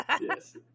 Yes